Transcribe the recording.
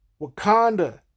Wakanda